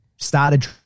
started